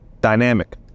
dynamic